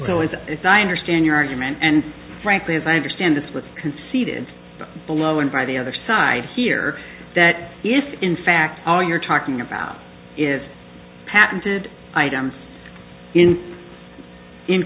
o it's a diner stand your argument and frankly as i understand this with conceded below and by the other side here that if in fact all you're talking about is patented items in in